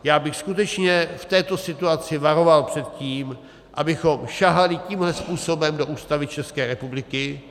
Já bych skutečně v této situaci varoval před tím, abychom sahali tímhle způsobem do Ústavy České republiky.